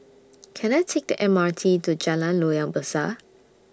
Can I Take The M R T to Jalan Loyang Besar